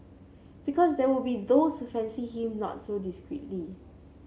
because there will be those who fancy him not so discreetly